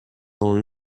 dans